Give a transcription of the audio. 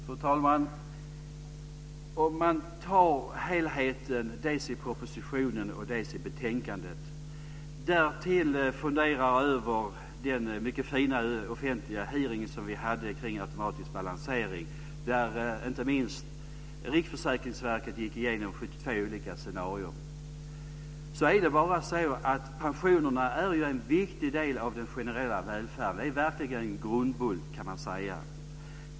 Fru talman! Låt oss ta helheten i propositionen och i betänkandet och därtill fundera över den mycket fina offentliga hearing som vi hade om automatisk balansering, där inte minst Riksförsäkringsverket gick igenom 72 olika scenarier. Pensionerna är en viktig del av den generella välfärden. Det är verkligen en grundbult.